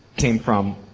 came from?